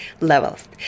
levels